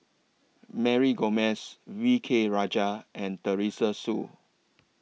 Mary Gomes V K Rajah and Teresa Hsu